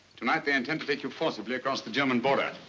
tonight they intend to take you forcibly across the german border.